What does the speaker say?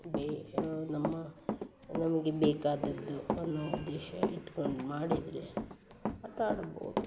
ಬೆ ನಮ್ಮ ನಮಗೆ ಬೇಕಾದದ್ದು ಅನ್ನೋ ಉದ್ದೇಶ ಇಟ್ಕೊಂಡು ಮಾಡಿದರೆ ಆಟ ಆಡ್ಬೋದು